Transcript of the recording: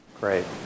Great